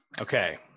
Okay